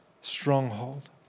stronghold